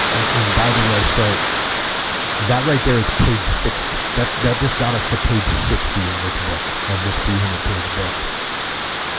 and by the way so that right there is page sixty. that that just got us to page sixty of this book of this three hundred page book